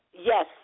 Yes